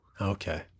Okay